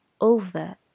over